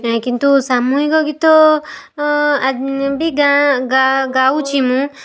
କିନ୍ତୁ ସାମୂହିକ ଗୀତ ବି ଗାଉଛି ମୁଁ